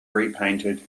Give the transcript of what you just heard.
repainted